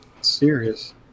Serious